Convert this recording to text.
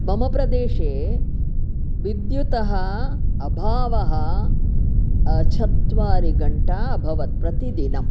मम प्रदेशे विद्युतः अभावः चत्वारघण्टाम् अभवत् प्रतिदिनम्